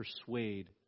Persuade